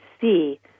see